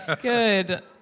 Good